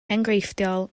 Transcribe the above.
enghreifftiol